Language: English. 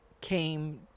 came